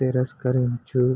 తిరస్కరించు